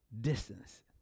distance